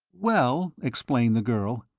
well, explained the girl,